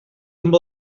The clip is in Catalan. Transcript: amb